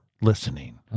listening